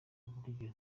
uburyo